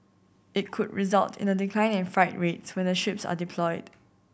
it could result in a decline in freight rates when the ships are deployed